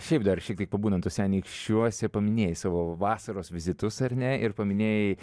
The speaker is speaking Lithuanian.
šiaip dar šiek tiek pabūnant tuose anykščiuose paminėjai savo vasaros vizitus ar ne ir paminėjai